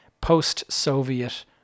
post-Soviet